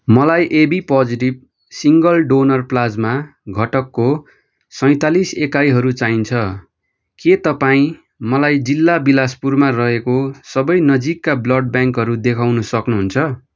मलाई A B positive single donor plasma घटकको सैँतालिस एकाइहरू चाहिन्छ के तपाईँ मलाई जिल्ला बिलासपुरमा रहेको सबै नजिकका ब्लड ब्याङ्कहरू देखाउनु सक्नुहुन्छ